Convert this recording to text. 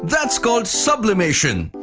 that's called sublimation.